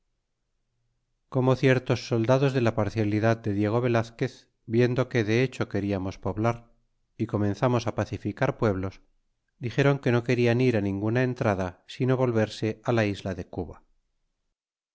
como ciertos soldados de la parcialidad de diego velazqnez viendo que de hecho queriamos poblar y comenzamos á pacificar pueblos dizeron que no querian ir á ninguna entrada sino volverse la isla de cuba